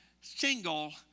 single